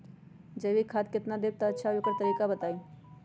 जैविक खाद केतना देब त अच्छा होइ ओकर तरीका बताई?